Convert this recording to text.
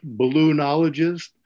balloonologist